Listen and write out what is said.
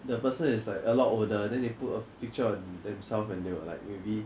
the person is like a lot older then they put a picture of themselves when they will like maybe